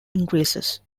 increases